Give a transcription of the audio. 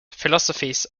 philosophies